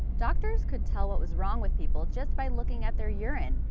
doctors could tell what was wrong with people just by looking at their urine,